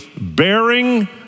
bearing